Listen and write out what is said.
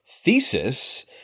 Thesis